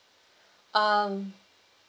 um